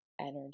energy